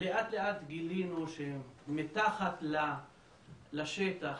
לאט-לאט גילינו שמתחת לשטח,